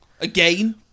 Again